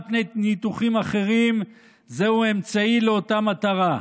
פני ניתוחים אחרים הוא אמצעי לאותה מטרה,